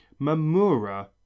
Mamura